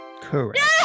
Correct